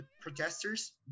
protesters